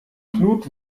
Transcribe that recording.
knut